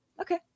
okay